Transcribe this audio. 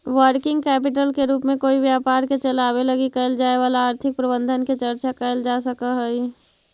working capital के रूप में कोई व्यापार के चलावे लगी कैल जाए वाला आर्थिक प्रबंधन के चर्चा कैल जा सकऽ हई